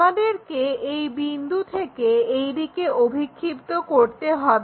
আমাদেরকে এই বিন্দু থেকে এইদিকে অভিক্ষিপ্ত করতে হবে